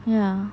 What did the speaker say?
ya